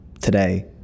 today